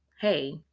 Hey